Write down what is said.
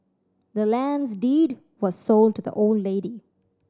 the land's deed was sold to the old lady